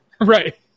Right